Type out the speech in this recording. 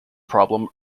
problem